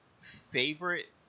favorite